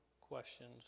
questions